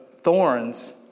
thorns